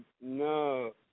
no